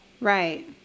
Right